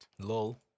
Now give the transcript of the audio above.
Lol